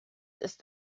ist